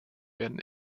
werden